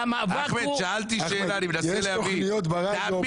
שאלתי שאלה, אני מנסה להבין.